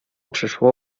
przyszło